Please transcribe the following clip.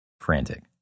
frantic